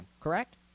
Correct